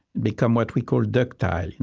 become what we call ductile. and